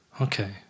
Okay